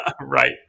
Right